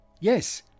Yes